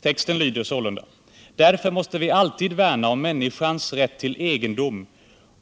Texten lyder sålunda: ”Därför måste vi alltid värna om människans rätt till egendom,